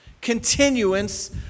continuance